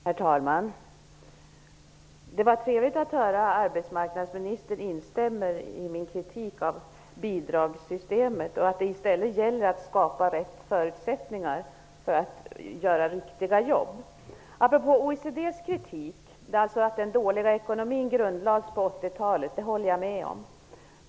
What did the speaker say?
Herr talman! Det var trevligt att höra arbetsmarknadsministern instämma i min kritik mot bidragssystemet. I stället gäller det alltså att skapa de rätta förutsättningarna för att åstadkomma riktiga jobb. Apropå OECD:s kritik, dvs. att den dåliga ekonomin grundlades på 80-talet, kan jag säga att jag instämmer.